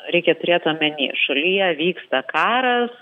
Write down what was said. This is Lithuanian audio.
reikia turėt omeny šalyje vyksta karas